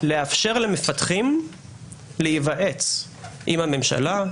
לאפשר למפתחים להיוועץ עם הממשלה,